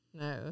No